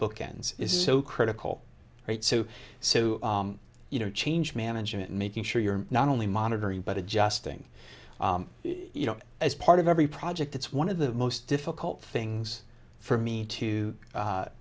bookends is so critical right so so you know change management making sure you're not only monitoring but adjusting you know as part of every project it's one of the most difficult things for me to